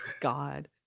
God